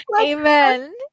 Amen